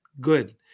good